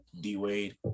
D-Wade